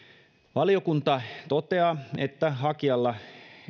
valiokunta toteaa että hakijalla